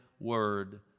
word